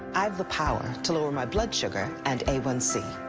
i have the power to lower my blood sugar and a one c.